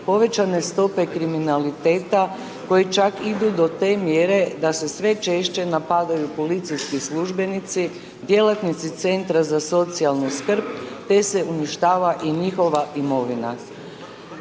povećane stope kriminaliteta koji čak idu do te mjere da se sve češće napadaju policijski službenici, djelatnici Centra za socijalnu skrb, te se uništava i njihova imovina.